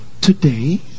today